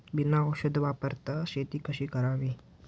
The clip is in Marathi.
बिना औषध वापरता शेती कशी करावी?